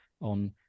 on